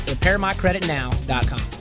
RepairMyCreditNow.com